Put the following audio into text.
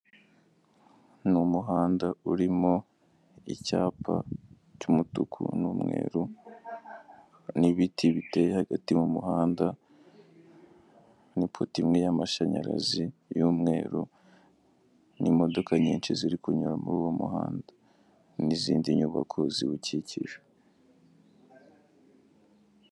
Ni umuhanda urimo icyapa cy'umutuku n'umweru n'ibiti biteye hagati mu muhanda n'ipoto imwe y'amashanyarazi y'umweru, n'imodoka nyinshi ziri kunyura muri uwo muhanda n'izindi nyubako ziwukikije.